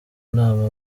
inama